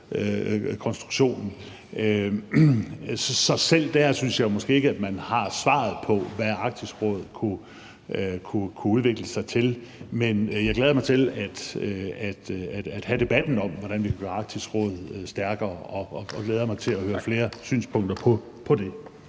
Så selv der synes jeg jo måske ikke, at man har svaret på, hvad Arktisk Råd kunne udvikle sig til, men jeg glæder mig til at have debatten om, hvordan vi kan gøre Arktisk Råd stærkere og glæder mig til at høre flere synspunkter på det.